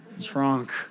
Trunk